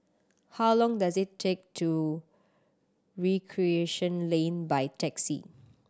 how long does it take to Recreation Lane by taxi